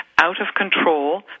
out-of-control